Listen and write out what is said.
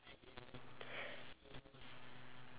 oh ya (uh huh)